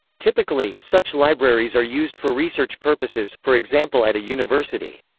typically, such libraries are used for research purposes, for example at a university.